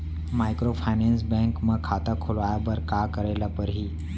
Microfinance bank म खाता खोलवाय बर का करे ल परही?